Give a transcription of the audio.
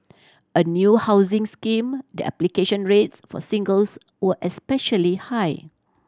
a new housing scheme the application rates for singles were especially high